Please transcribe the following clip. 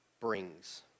brings